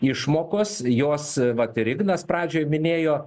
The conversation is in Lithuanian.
išmokos jos vat ir ignas pradžioj minėjo